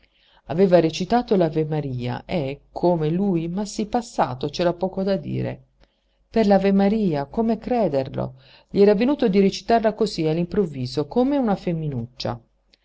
aveva recitato l'avemaria e come lui ma sí passato c'era poco da dire per l'avemaria come crederlo gli era venuto di recitarla cosí all'improvviso come una feminuccia